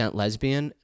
lesbian